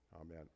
Amen